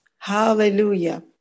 Hallelujah